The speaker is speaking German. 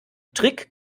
trick